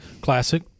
Classic